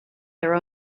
their